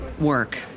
work